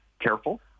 careful